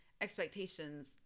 expectations